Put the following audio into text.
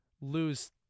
lose